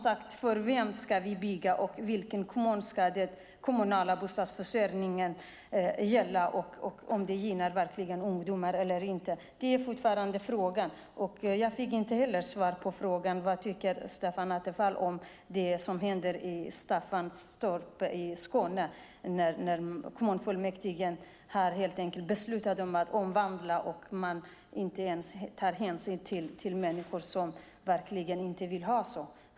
För vem ska vi bygga och i vilken kommun ska den kommunala bostadsförsörjningen gälla? Och gynnar detta verkligen ungdomar eller inte? Det är fortfarande frågan. Jag fick inte heller svar på frågan om vad Stefan Attefall tycker om det som händer i Staffanstorp i Skåne när kommunfullmäktige helt enkelt beslutar om att omvandla och inte ens tar hänsyn till människor som verkligen inte vill ha det här.